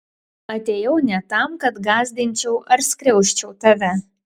atėjau ne tam kad gąsdinčiau ar skriausčiau tave